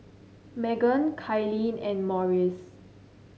Meggan Kylene and Morris